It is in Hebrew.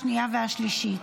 29,